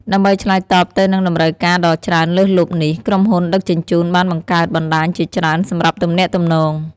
ដើម្បីឆ្លើយតបទៅនឹងតម្រូវការដ៏ច្រើនលើសលប់នេះ ក្រុមហ៊ុនដឹកជញ្ជូនបានបង្កើតបណ្តាញជាច្រើនសម្រាប់ទំនាក់ទំនង។